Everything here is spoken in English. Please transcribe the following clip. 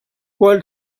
while